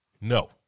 No